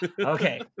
Okay